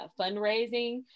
fundraising